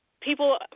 people